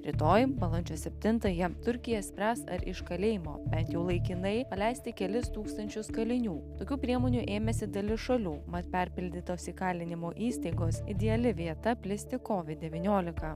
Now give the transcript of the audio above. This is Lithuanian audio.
rytoj balandžio septintąją turkija spręs ar iš kalėjimo bent jau laikinai paleisti kelis tūkstančius kalinių tokių priemonių ėmėsi dalis šalių mat perpildytos įkalinimo įstaigos ideali vieta plisti covid devyniolika